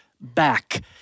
back